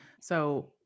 So-